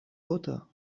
gota